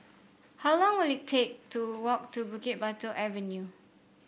how long will it take to walk to Bukit Batok Avenue